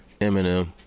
Eminem